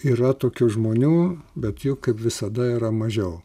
yra tokių žmonių bet jų kaip visada yra mažiau